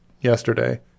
yesterday